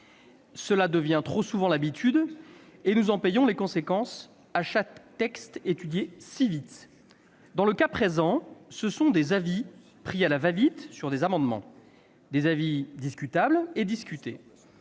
devient trop souvent l'habitude et nous en payons les conséquences à chaque texte étudié si vite. Dans le cas présent, ce sont des avis pris à la va-vite sur des amendements. Des avis discutables et discutés